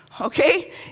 Okay